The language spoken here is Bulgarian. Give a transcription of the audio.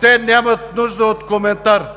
Те нямат нужда от коментар,